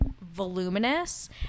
voluminous